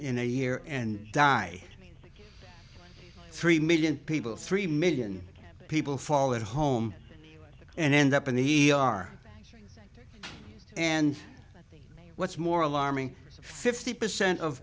in a year and die three million people three million people fall at home and end up in the car and what's more alarming fifty percent of